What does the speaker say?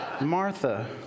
Martha